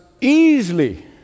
easily